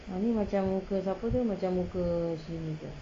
ah ni macam muka siapa tu macam muka